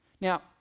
Now